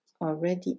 already